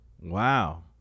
Wow